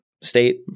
state